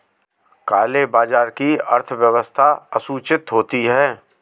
काले बाजार की अर्थव्यवस्था असूचित होती है